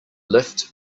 lift